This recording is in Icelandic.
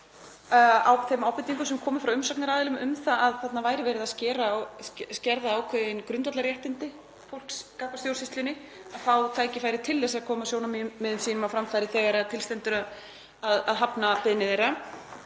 þeim ábendingum sem komu frá umsagnaraðilum um að þarna væri verið að skerða ákveðin grundvallarréttindi fólks gagnvart stjórnsýslunni, þ.e. að fá tækifæri til að koma sjónarmiðum sínum á framfæri þegar til stendur að hafna beiðni þess,